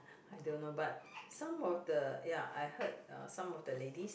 I don't know but some of the ya I heard uh some of the ladies